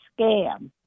scam